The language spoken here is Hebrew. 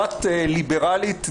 דת ליברלית,